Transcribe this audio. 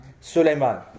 Suleiman